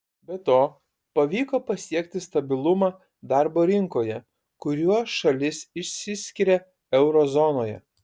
be to pavyko pasiekti stabilumą darbo rinkoje kuriuo šalis išsiskiria euro zonoje